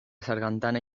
sargantana